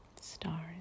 Stars